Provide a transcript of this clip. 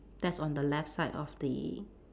that's on the left side of the